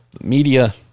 media